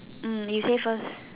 mm you say first